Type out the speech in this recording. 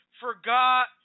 forgot